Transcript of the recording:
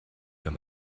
wenn